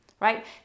right